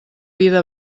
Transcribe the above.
vida